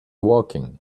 walking